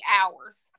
hours